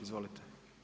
Izvolite.